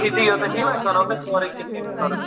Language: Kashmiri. ییٚلہِ تُہۍ یتیٚتھ یِیِو أسۍ ونہو تۅہہِ سورُے کِتھٕ کٔنۍ چھُ کرُن